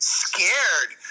scared